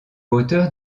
auteur